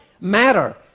matter